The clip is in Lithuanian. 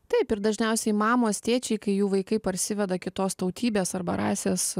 taip ir dažniausiai mamos tėčiai kai jų vaikai parsiveda kitos tautybės arba rasės